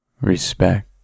respect